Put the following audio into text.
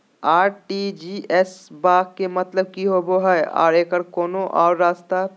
RTGS बा के मतलब कि होबे हय आ एकर कोनो और रस्ता?